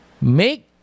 make